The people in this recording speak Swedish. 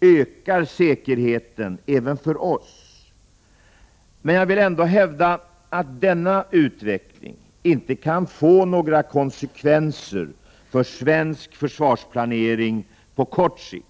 ökar säkerheten även för oss. Men jag vill ändå hävda att denna utveckling inte kan få några konsekvenser för svensk försvarsplanering på kort sikt.